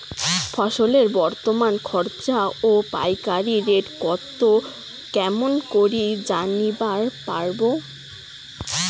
ফসলের বর্তমান খুচরা ও পাইকারি রেট কতো কেমন করি জানিবার পারবো?